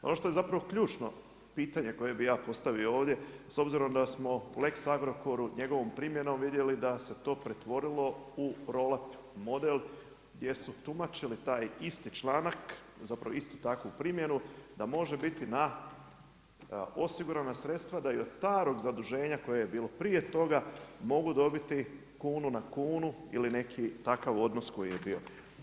Ono što je zapravo ključno pitanje koje bih ja postavio ovdje s obzirom da smo Lex Agrokorom, njegovom primjenom vidjeli da se to pretvorilo u roll up, model gdje su tumačili taj isti članak, zapravo istu takvu primjenu da može biti na osigurana sredstva da i od starog zaduženja koje je bilo prije toga mogu dobiti kunu na kunu ili neki takav odnos koji je bio.